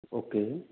okay